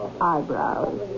Eyebrows